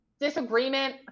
disagreement